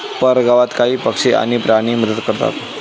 परगावात काही पक्षी आणि प्राणीही मदत करतात